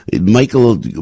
Michael